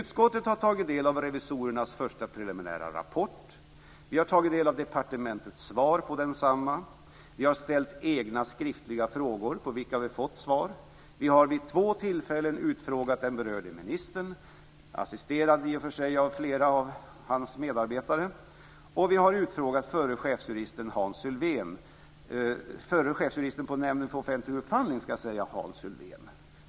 Utskottet har tagit del av revisorernas första preliminära rapport. Vi har tagit del av departementets svar på densamma. Vi har ställt egna skriftliga frågor på vilka vi har fått svar. Vi har vid två tillfällen utfrågat den berörde ministern - han var i och för sig assisterad av flera av sina medarbetare - och vi har utfrågat förre chefsjuristen på Nämnden för offentlig upphandling, Hans Sylvén.